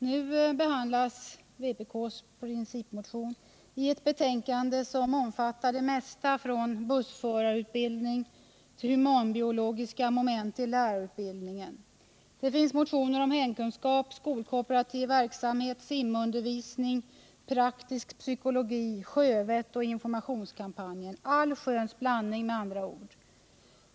Nu behandlas vpk:s principmotion i ett betänkande som omfattar det mesta från bussförarutbildning till humanbiologiska moment i lärarutbildningen. Det finns motioner om hemkunskap, skolkooperativ verksamhet, simundervisning, praktisk psykologi, sjövett och informationskampanjer — allsköns blandning med andra ord.